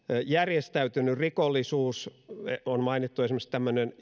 järjestäytynyt rikollisuus on mainittu esimerkiksi tämmöinen